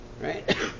Right